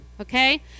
okay